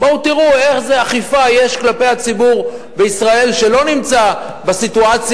בואו תראו איזו אכיפה יש כלפי הציבור בישראל שלא נמצא בסיטואציה